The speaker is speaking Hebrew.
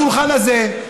בשולחן הזה,